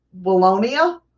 Wallonia